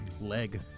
leg